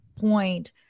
point